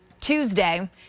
Tuesday